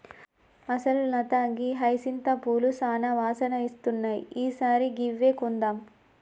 అసలు లత గీ హైసింత పూలు సానా వాసన ఇస్తున్నాయి ఈ సారి గివ్వే కొందాం